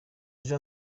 aje